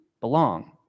belong